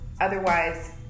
Otherwise